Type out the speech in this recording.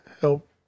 help